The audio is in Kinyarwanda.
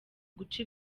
guca